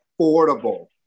affordable